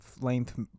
length